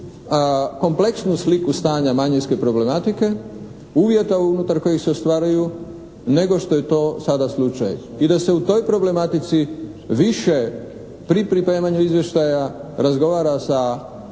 kompleksnu sliku stanja manjinske problematike, uvjeta unutar kojih se ostvaruju nego što je to sada slučaj. I da se u toj problematici više pri pripremanju izvještaja razgovara sa